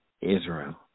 Israel